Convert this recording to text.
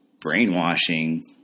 brainwashing